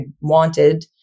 wanted